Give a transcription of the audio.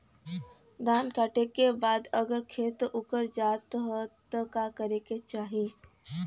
धान कांटेके बाद अगर खेत उकर जात का करे के चाही?